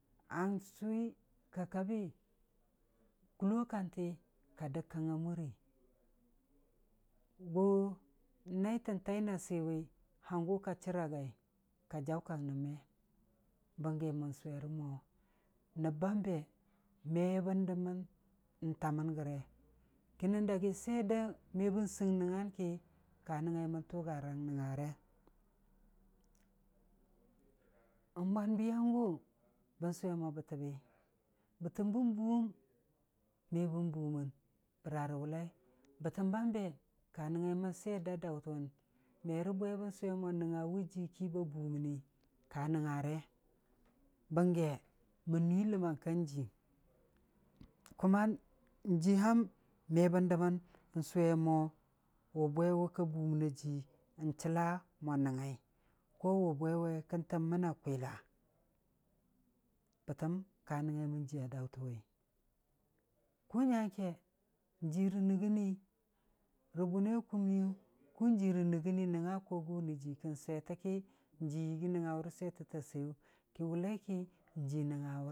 N'sʊwim, kullo kanti ka dəg kang a murii, gʊ naai tən taai na siwi, hangʊ ka chər a gai, ka jaʊ kak nən me, bənggə mən sʊwe rə mo nəb bam be me bən dəmən n'tamən gəre, ki nən dagi swiyer də me bən sɨng nəngngan ki ka nəngngai mən tʊgarang nəngnga re n'bwenbiyan gʊ bən sʊwe mo bətəbbi, bətən bən buuwum me bən bumən, bəra rə wʊllai? Bətəm bambe ka nəngngaimən swiyer da daʊtən wʊn, me rə bwe bən sʊwe mo nəngnga wurji ki ba bumani, ka nəngnga re, bangge, mən nuii ləmmang ka jiiyɨng, kuma n'jiiham me bən dəmən n'sʊwe mo wʊ bwe wʊ ka buməna jii n'chəlla mo nəngngai, ko wʊ bwe we kən təm məna kwila, bətəm ka nəngugaimən jiiya datan wi, kʊnyang nyangke, jii rə nɨgɨnii, nangnga ko wʊni jii, kən swiyetə ki, jii yɨgii nəngnga wʊra swiyeto ta siiyu ku wulaike jina ga.